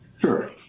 Sure